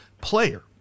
player